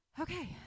okay